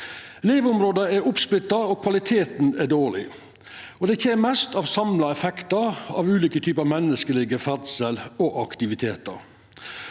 Leveområda er oppsplitta, og kvaliteten er dårleg. Det kjem mest av samla effektar av ulike typar menneskeleg ferdsel og aktivitet.